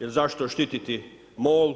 Jer zašto štititi MOL,